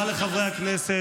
תודה לחברי הכנסת.